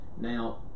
Now